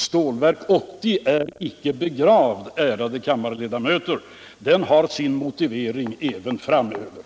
Stålverk 80 är inte begravt, ärade kammarledamöter, det har sin motivering även framdeles.